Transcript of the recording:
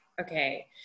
okay